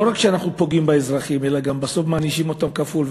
לא רק שאנחנו פוגעים באזרחים אלא גם בסוף מענישים אותם כפול.